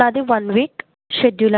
five days కావాలండి leave